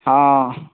ହଁ